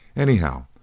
anyhow,